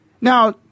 now